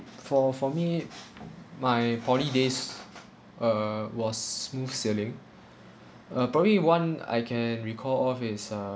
for for me my poly days uh was smooth sailing uh probably one I can recall of is uh